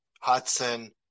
Hudson